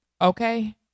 okay